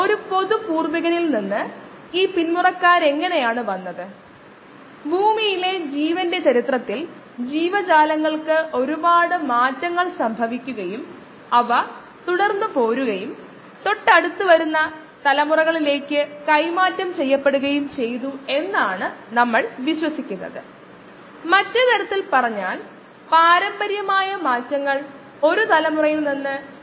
അപ്പോൾ തെർമൽ അണുനശീകരണം താപനില അടിസ്ഥാനമാക്കിയുള്ള വശം വിശദമായി നമ്മൾ കണ്ടു അതിനാൽ അണുനശീകരണ പ്രക്രിയയായ ഒരു എ പ്രിയോറി രൂപകൽപ്പന ചെയ്യാൻ ആവശ്യമായ വിവരങ്ങൾ നമുക്ക് ലഭിച്ചു